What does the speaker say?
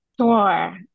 Sure